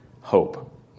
hope